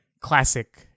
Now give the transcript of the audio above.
classic